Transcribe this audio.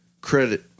credit